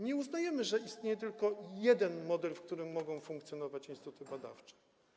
Nie uznajemy, że istnieje tylko jeden model, w którym mogą funkcjonować instytuty badawcze.